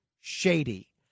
shady